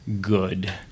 good